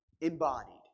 embodied